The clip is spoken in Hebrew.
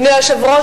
אדוני היושב-ראש,